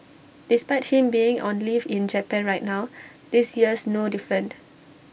despite him being on leave in Japan right now this year's no different